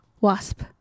Wasp